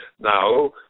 Now